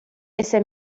ese